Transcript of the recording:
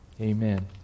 amen